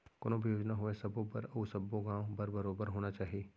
कोनो भी योजना होवय सबो बर अउ सब्बो गॉंव बर बरोबर होना चाही